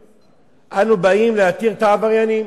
אנו באים להתיר את העבריינים.